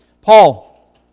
Paul